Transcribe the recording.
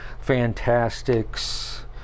Fantastics